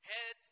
Head